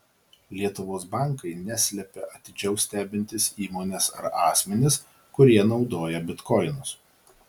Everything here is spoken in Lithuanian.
lietuvos bankai neslepia atidžiau stebintys įmones ar asmenis kurie naudoja bitkoinus